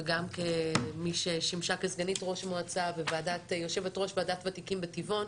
וגם כמי ששימשה כסגנית ראש מועצה ויושבת-ראש ועדת ותיקים בטבעון.